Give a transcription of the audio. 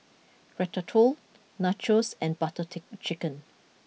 Ratatouille Nachos and Butter tick Chicken